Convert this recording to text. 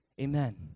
Amen